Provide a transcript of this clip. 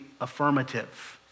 Affirmative